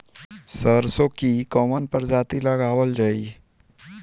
सरसो की कवन प्रजाति लगावल जाई?